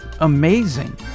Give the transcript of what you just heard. amazing